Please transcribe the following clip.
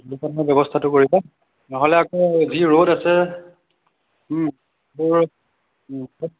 তামোল পাণৰ ব্যৱস্থাটো কৰিবা নহ'লে আকৌ যি ৰ'দ আছে